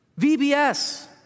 VBS